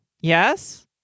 Yes